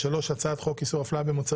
הצעות החוק הבאות: הצעת חוק האזרחים הוותיקים